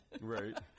Right